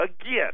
Again